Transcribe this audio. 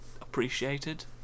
appreciated